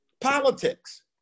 politics